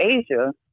Asia